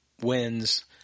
wins –